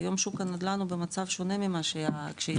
היום שוק הנדל"ן הוא במצב שונה ממה שהתחלנו,